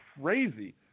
crazy